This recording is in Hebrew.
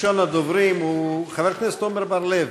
ראשון הדוברים הוא חבר הכנסת עמר בר-לב,